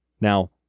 Now